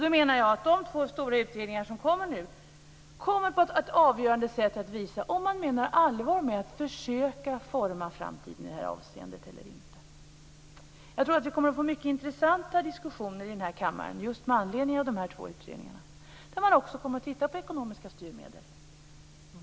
Jag menar då att de två stora utredningar som kommer nu kommer att på ett avgörande sätt visa om man menar allvar med att försöka forma framtiden i det här avseendet eller inte. Jag tror att vi kommer att få mycket intressanta diskussioner i kammaren just med anledning av dessa två utredningar, där man också kommer att titta på ekonomiska styrmedel.